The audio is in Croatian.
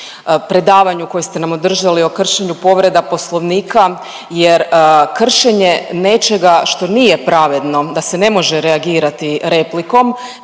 predavanju koje ste nam održali o kršenju povreda Poslovnika jer kršenje nečega što nije pravedno, da se ne može reagirati replikom